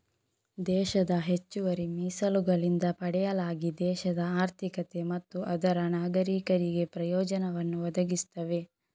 ದೇಶದ ಹೆಚ್ಚುವರಿ ಮೀಸಲುಗಳಿಂದ ಪಡೆಯಲಾಗಿ ದೇಶದ ಆರ್ಥಿಕತೆ ಮತ್ತು ಅದರ ನಾಗರೀಕರಿಗೆ ಪ್ರಯೋಜನವನ್ನು ಒದಗಿಸ್ತವೆ